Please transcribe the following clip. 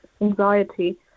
anxiety